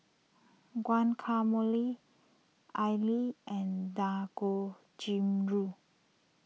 Guacamole Idili and Dangojiru